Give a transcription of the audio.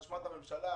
באשמת הממשלה,